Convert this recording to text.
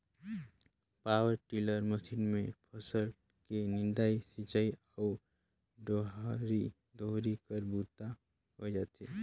power tiller machine मे फसल के निंदई, सिंचई अउ डोहरी कर बूता होए जाथे